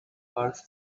parts